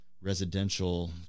residential